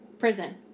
prison